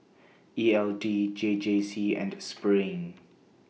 E L D J J C and SPRING